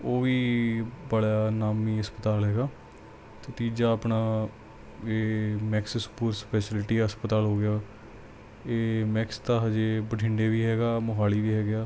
ਉਹ ਵੀ ਬੜਾ ਨਾਮੀ ਹਸਪਤਾਲ ਹੈਗਾ ਅਤੇ ਤੀਜਾ ਆਪਣਾ ਇਹ ਮੈਕਸ ਸਪੋਸ ਸਪੈਸ਼ਲਟੀ ਹਸਪਤਾਲ ਹੋ ਗਿਆ ਇਹ ਮੈਕਸ ਤਾਂ ਹਾਲੇ ਬਠਿੰਡੇ ਵੀ ਹੈਗਾ ਮੋਹਾਲੀ ਵੀ ਹੈਗਾ